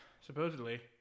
supposedly